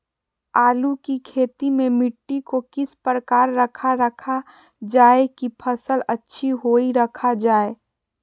आलू की खेती में मिट्टी को किस प्रकार रखा रखा जाए की फसल अच्छी होई रखा जाए?